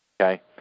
okay